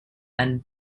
and